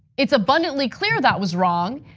it's abundantly clear that was wrong.